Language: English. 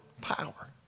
power